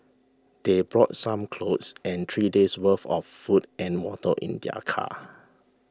they brought some clothes and three days' worth of food and water in their car